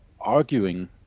arguing